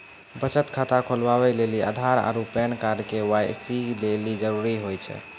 बचत खाता खोलबाबै लेली आधार आरू पैन कार्ड के.वाइ.सी लेली जरूरी होय छै